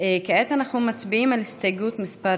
כעת אנחנו מצביעים על הסתייגות מס'